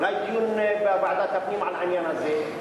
אולי דיון בוועדת הפנים על העניין הזה.